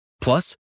Plus